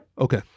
okay